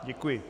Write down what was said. Děkuji.